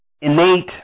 innate